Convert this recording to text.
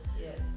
Yes